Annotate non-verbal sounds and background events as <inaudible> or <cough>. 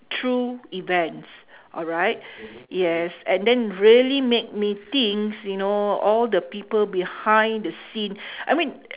true events alright <breath> yes and then really made me thinks you know all the people behind the scene <breath> I mean e~